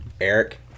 Eric